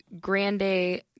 Grande